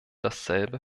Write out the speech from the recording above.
dasselbe